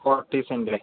forty cent